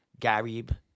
Garib